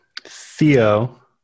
Theo